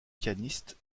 pianiste